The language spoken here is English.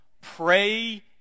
pray